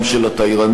גם של התיירנים,